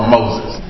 Moses